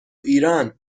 ایران